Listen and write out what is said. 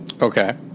Okay